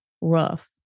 rough